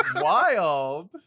wild